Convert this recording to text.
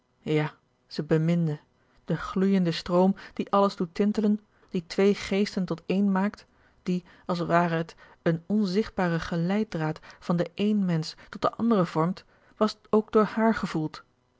ja zij beminde de gloeijende stroom die alles doet tintelen die twee geesten tot één maakt die als ware het een onzigtbaren geleiddraad van den een mensch tot den anderen vormt was ook door haar gevoeld